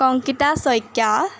Kankita Saikia